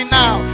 now